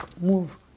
move